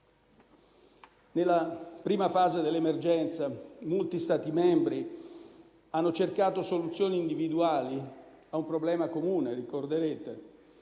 Nella prima fase dell'emergenza molti Stati membri hanno cercato soluzioni individuali a un problema comune, lo ricorderete.